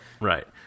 Right